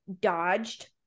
dodged